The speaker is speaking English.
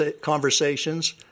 conversations